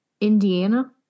Indiana